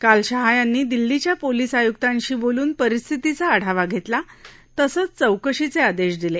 काल शहा यांनी दिल्लीच्या पोलीस आयुक्तांशी बोलून परिस्थितीचा आढावा घेतला तसंच चौकशीचे आदेश दिले